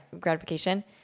gratification